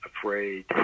afraid